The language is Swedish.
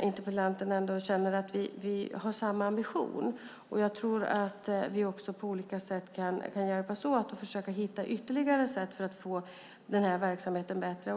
interpellanten känner att vi har samma ambition. Jag tror att vi på olika sätt kan hjälpas åt att hitta ytterligare sätt att försöka få den här verksamheten bättre.